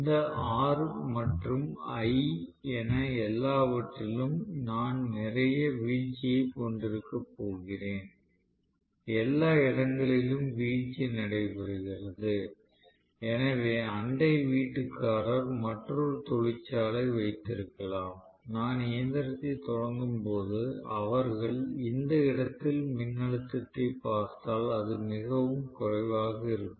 இந்த R மற்றும் l என எல்லாவற்றிலும் நான் நிறைய வீழ்ச்சியை கொண்டிருக்கப் போகிறேன் எல்லா இடங்களிலும் வீழ்ச்சி நடைபெறுகிறது எனவே அண்டை வீட்டுக்காரர் மற்றொரு தொழிற்சாலை வைத்திருக்கலாம் நான் இயந்திரத்தைத் தொடங்கும்போது அவர்கள் இந்த இடத்தில் மின்னழுத்தத்தைப் பார்த்தால் அது மிகவும் குறைவாக இருக்கும்